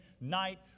night